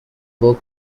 book